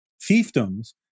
fiefdoms